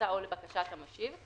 מיוזמתה או לבקשת המשיב,